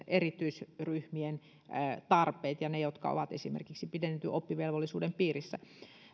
erityisryhmien tarpeet ja ne jotka ovat esimerkiksi pidennetyn oppivelvollisuuden piirissä